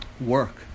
Work